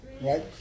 Right